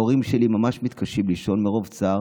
ההורים שלי ממש מתקשים לישון מרוב צער,